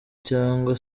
cyangwa